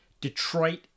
Detroit